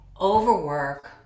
overwork